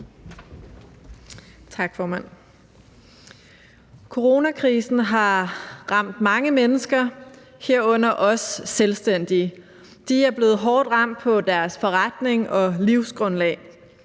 Coronakrisen har ramt mange mennesker, herunder også selvstændige. De er blevet hårdt ramt på deres forretning og livsgrundlag.